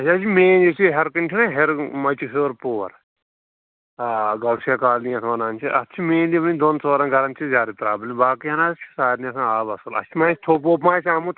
اَسہِ حظ چھِ مین یُس یہِ ہٮ۪رٕکنہِ چھُنا ہر مچہِ ہیوٚر پور آ گۄسیہ کالنی یَتھ وَنان چھِ اَتھ چھِ مین یِمنٕے دۄن ژورَن گَرَن چھِ زیادٕ پرٛابلِم باقیَن حظ چھِ سارنٕے آسان آب اَصٕل اَسہِ تہِ ما آسہِ تھوٚپ ووٚپ ما آسہِ آمُت